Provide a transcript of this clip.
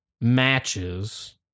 matches